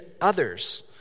others